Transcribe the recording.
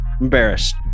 Embarrassed